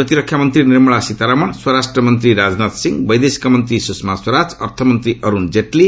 ପ୍ରତିରକ୍ଷା ମନ୍ତ୍ରୀ ନିର୍ମଳା ସୀତାରମଣ ସ୍ୱରାଷ୍ଟ ମନ୍ତ୍ରୀ ରାଜନାଥ ସିଂ ବୈଦେଶିକ ମନ୍ତ୍ରୀ ସ୍ୱଷମା ସ୍ୱରାଜ ଅର୍ଥମନ୍ତ୍ରୀ ଅର୍ଥଣ ଜେଟ୍ଲୀ